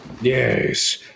Yes